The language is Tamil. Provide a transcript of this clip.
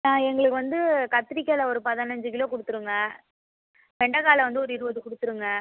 ஆ எங்களுக்கு வந்து கத்திரிக்காய்ல ஒரு பதினஞ்சி கிலோ கொடுத்துருங்க வெண்டக்காய்ல வந்து ஒரு இருபது கொடுத்துருங்க